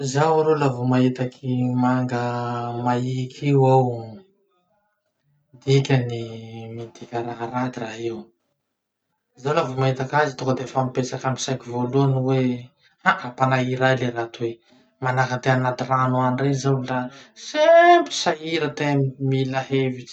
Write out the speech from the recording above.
Zaho aloha laha vao mahitaky manga maiky io aho, dikany midika raha raty raha io. Zaho laha vao mahitaky azy tonga defa mipetraky amy saiko voalohany hoe ha mampanahira ahy ly raha toy. Manahaky atena anaty rano any rey zao la sempotsy sahira tena mila hevitsy.